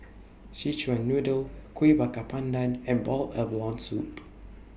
Szechuan Noodle Kuih Bakar Pandan and boiled abalone Soup